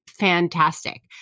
Fantastic